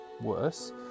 worse